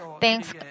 thanks